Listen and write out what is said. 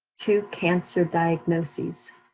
two cancer diagnoses.